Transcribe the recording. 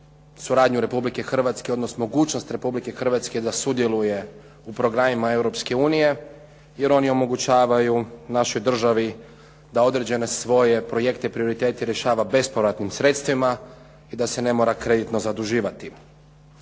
suradnju Republike Hrvatske, odnosno mogućnost Republike Hrvatske da sudjeluje u programima Europske unije jer oni omogućavaju našoj državi da određene svoje projekte i prioritete rješava bespovratnim sredstvima i da se ne mora kreditno zaduživati.